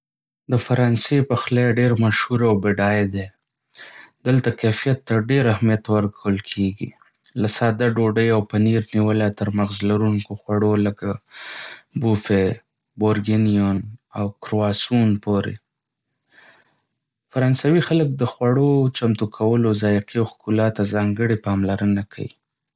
د فرانسې پخلی ډېر مشهور او بډای دی. دلته کیفیت ته ډېر اهمیت ورکول کېږي، له ساده ډوډۍ او پنیر نیولې تر مغز لرونکو خوړو لکه بوفي بورګینیون او کرواسون پورې. فرانسوي خلک د خواړو چمتو کولو، ذائقې او ښکلا ته ځانګړې پاملرنه کوي.